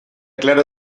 claro